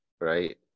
Right